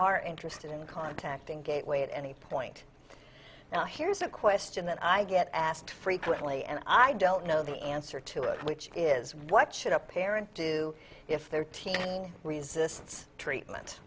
are interested in contacting gateway at any point now here's a question that i get asked frequently and i don't know the answer to it which is what should a parent do if their teen resists treatment